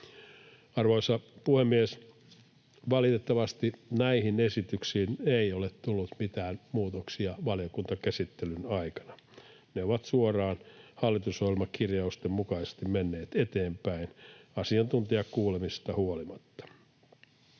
Arvoisa puhemies! Valitettavasti näihin esityksiin ei ole tullut mitään muutoksia valiokuntakäsittelyn aikana. Ne ovat suoraan hallitusohjelmakirjausten mukaisesti menneet eteenpäin asiantuntijakuulemisista huolimatta.